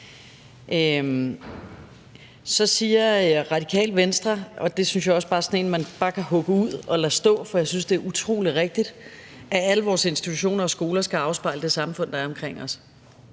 Så siger Radikale Venstre – og det synes jeg er sådan en, man bare kan hugge ud og lade stå, for jeg synes, det er utrolig rigtigt – at alle vores institutioner og skoler skal afspejle det samfund, der er omkring os.